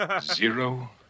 Zero